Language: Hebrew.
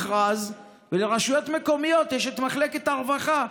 ולרשויות מקומיות יש את מחלקת הרווחה.